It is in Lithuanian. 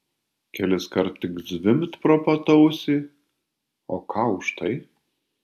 keliskart tik zvimbt pro pat ausį o ką už tai